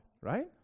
right